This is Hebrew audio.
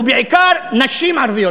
ובעיקר נשים ערביות,